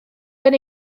gan